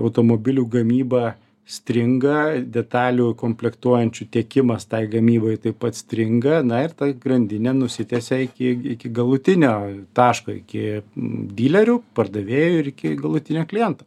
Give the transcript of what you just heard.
automobilių gamyba stringa detalių komplektuojančių tiekimas tai gamybai taip pat stringa na ir tai grandinė nusitęsia iki iki galutinio taško iki dylerių pardavėjų ir iki galutinio kliento